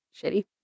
shitty